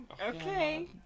Okay